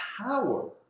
power